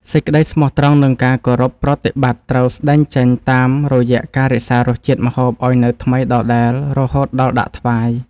សេចក្តីស្មោះត្រង់ និងការគោរពប្រតិបត្តិត្រូវស្តែងចេញតាមរយៈការរក្សារសជាតិម្ហូបឱ្យនៅថ្មីដដែលរហូតដល់ដាក់ថ្វាយ។